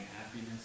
happiness